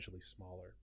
smaller